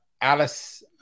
alice